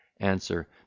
Answer